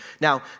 now